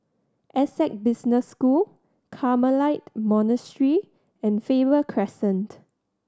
Essec Business School Carmelite Monastery and Faber Crescent